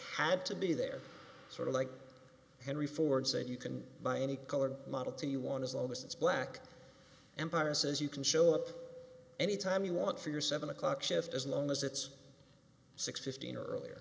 had to be there sort of like henry ford said you can buy any colored model t you want as long as it's black empire says you can show up any time you want for your seven o'clock shift as long as it's six fifteen or earlier